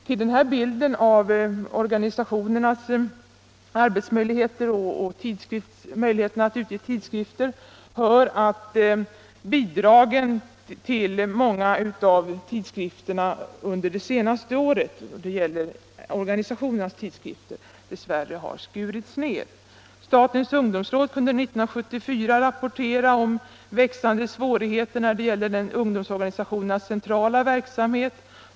Till den här bilden av organisationernas arbetsmöjligheter och möjligheterna att utge tidskrifter hör att bidragen ur tidskriftsstödet till flera av organisationernas tidskrifter under det senaste året dess värre har skurits ner. Statens ungdomsråd kunde 1974 rapportera om växande svårigheter då det gällde ungdomsorganisationernas centrala verksamhet.